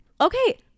Okay